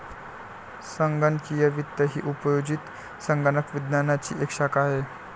संगणकीय वित्त ही उपयोजित संगणक विज्ञानाची एक शाखा आहे